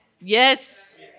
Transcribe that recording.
Yes